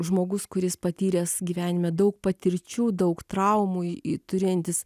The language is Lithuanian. žmogus kuris patyręs gyvenime daug patirčių daug traumų turintis